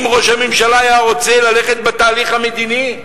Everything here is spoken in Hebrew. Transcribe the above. אם ראש הממשלה היה רוצה ללכת בתהליך המדיני,